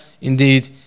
indeed